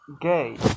gay